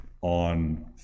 on